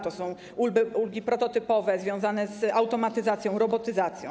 To są ulgi prototypowe, związane z automatyzacją, robotyzacją.